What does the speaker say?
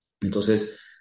Entonces